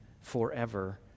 forever